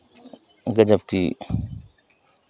गज़ब की